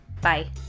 bye